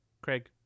Craig